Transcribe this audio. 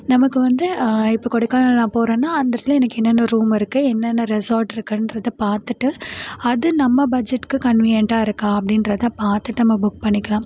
நமக்கு வந்து இப்போ கொடைக்கானல் நான் போகிறேன்னா அந்த இடத்துல எனக்கு என்னென்ன ரூம் இருக்குது என்னென்ன ரெசார்ட் இருக்குன்றதை பார்த்துட்டு அது நம்ம பட்ஜெட்க்கு கன்வினியன்ட்டாக இருக்கா அப்படின்றத பார்த்துட்டு நம்ம புக் பண்ணிக்கலாம்